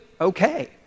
okay